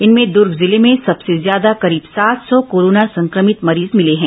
इनमें दर्ग जिले में सबसे ज्यादा करीब सात सौ कोरोना संक्रमित मरीज मिले हैं